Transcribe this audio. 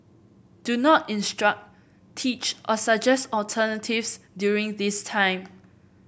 do not instruct teach or suggest alternatives during this time